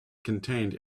contained